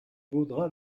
vaudra